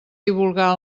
divulgar